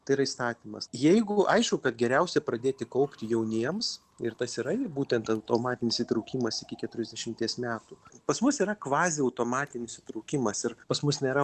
tai yra įstatymas jeigu aišku kad geriausia pradėti kaupti jauniems ir tas yra būtent automatinis įtraukimas iki keturiasdešimties metų pas mus yra kvaziautomatinis įtraukimas ir pas mus nėra